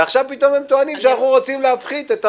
ועכשיו פתאום הם טוענים שאנחנו רוצים להפחית את הרף.